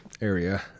area